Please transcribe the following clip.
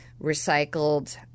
recycled